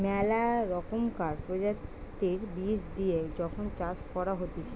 মেলা রকমকার প্রজাতির বীজ দিয়ে যখন চাষ করা হতিছে